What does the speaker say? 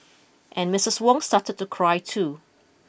and Mistress Wong started to cry too